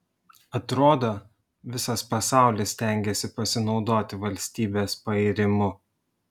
atrodo visas pasaulis stengiasi pasinaudoti valstybės pairimu